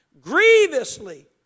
Grievously